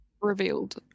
revealed